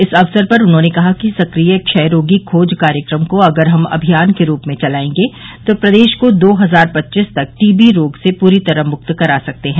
इस अवसर पर उन्होंने कहा कि सक्रिय क्षय रोगी खोज कार्यक्रम को अगर हम अभियान के रूप में चलायेंगे तो प्रदेश को दो हजार पच्चीस तक टीवी रोग से पूरी तरह से मुक्त करा सकते हैं